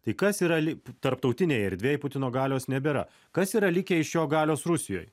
tai kas yra li tarptautinėj erdvėj putino galios nebėra kas yra likę iš jo galios rusijoj